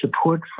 support